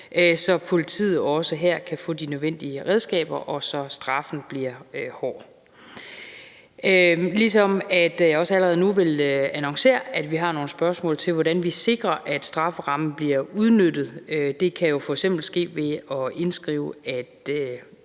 så politiet også her kan få de nødvendige redskaber, og så straffen bliver hård. Jeg vil også allerede nu annoncere, at vi har nogle spørgsmål til, hvordan vi sikrer, at strafferammen bliver udnyttet. Det kan jo f.eks. ske ved at indskrive, at